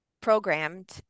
programmed